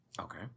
Okay